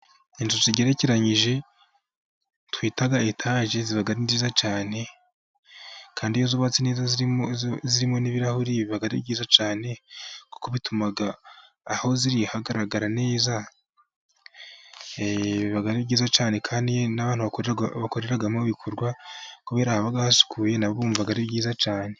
Inzu zigerekeranyije twita etaje ziba ari nziza cyane kandi iyo zubatse zirimo n'ibirahuri biba ari byiza cyane kuko aho zigaragara byiza cyane kandi bakoreramo kubera hasukuye bumva ari byiza cyane.